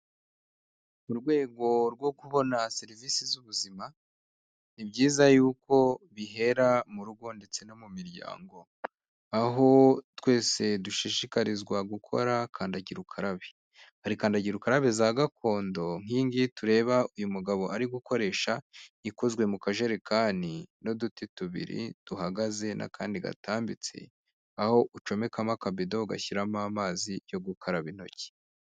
Mu rwego rwo kubona serivisi z'ubuzima ni byiza yuko bihera mu rugo ndetse no mu miryango aho twese dushishikarizwa gukora kandagira ukarabe, hari kandagira ukarabe za gakondo nk'iyi ngiyi tureba uyu mugabo ari gukoresha ikozwe mu kajerekani n'uduti tubiri duhagaze n'akandi gatambitse aho ucomekamo akabedo ugashyiramo amazi yo gukaraba intoki.